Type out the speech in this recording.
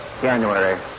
January